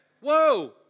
Whoa